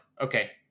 Okay